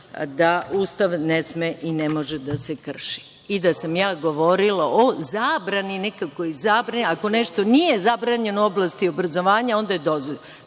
da Ustav ne sme i ne može da se krši, i da sam ja govorila o zabrani, nekakvoj zabrani, a ako nešto nije zabranjeno u oblasti obrazovanja, onda je